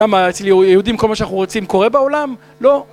למה, אצל יהודים - כל מה שאנחנו רוצים קורה בעולם? לא!